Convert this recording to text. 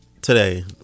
today